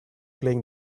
playing